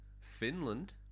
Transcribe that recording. Finland